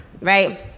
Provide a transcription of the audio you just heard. right